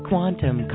Quantum